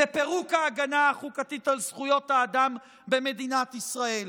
לפירוק ההגנה החוקתית על זכויות האדם במדינת ישראל.